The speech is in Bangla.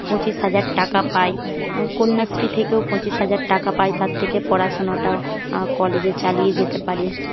পঁচিশ হাজার টাকা পায় কন্যাশ্রী থেকেও পঁচিশ হাজার টাকা পায় তার থেকে পড়াশোনাটাও কলেজে চালিয়ে যেতে পারে